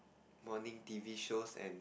morning T_V shows and